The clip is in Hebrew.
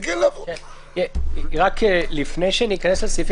רק לפני שניכנס לסעיפים